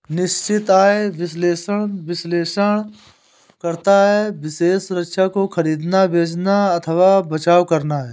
निश्चित आय विश्लेषक विश्लेषण करता है विशेष सुरक्षा को खरीदना, बेचना अथवा बचाव करना है